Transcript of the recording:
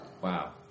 Wow